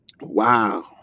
wow